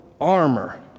armor